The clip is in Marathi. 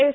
एस